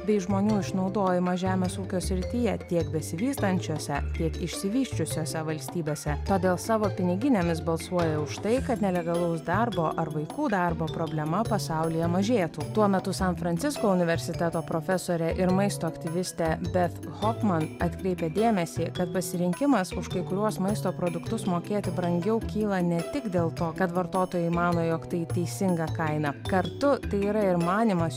bei žmonių išnaudojimą žemės ūkio srityje tiek besivystančiose tiek išsivysčiusiose valstybėse todėl savo piniginėmis balsuoja už tai kad nelegalaus darbo ar vaikų darbo problema pasaulyje mažėtų tuo metu san francisko universiteto profesorė ir maisto aktyvistė beth hofman atkreipia dėmesį kad pasirinkimas už kai kuriuos maisto produktus mokėti brangiau kyla ne tik dėl to kad vartotojai mano jog tai teisinga kaina kartu tai yra ir manymas